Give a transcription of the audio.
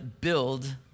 build